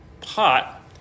pot